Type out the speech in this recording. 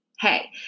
Hey